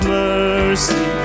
mercy